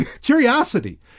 curiosity